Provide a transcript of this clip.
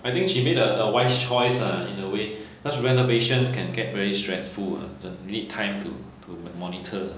I think she made a a wise choice lah in a way because renovation can get very stressful ah then need time to to monitor